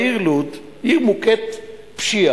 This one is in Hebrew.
בעיר לוד, עיר מוכת פשיעה,